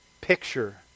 picture